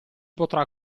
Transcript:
potrà